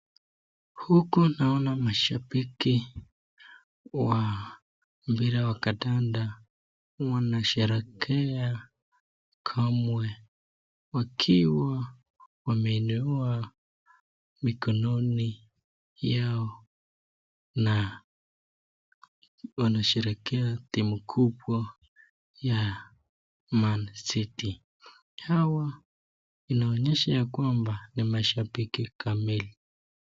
Huko naona mashabiki wa mpira wa kandanda wanasherehekea kamwe wakiwa wameinua mikononi yao na wanasherehekea timu kubwa ya Man City. Hawa inaonyesha ya kwamba ni mashabiki kamili.